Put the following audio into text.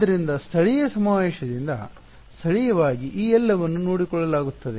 ಆದ್ದರಿಂದ ಸ್ಥಳೀಯ ಸಮಾವೇಶದಿಂದ ಸ್ಥಳೀಯವಾಗಿ ಈ ಎಲ್ಲವನ್ನು ನೋಡಿಕೊಳ್ಳಲಾಗುತ್ತದೆ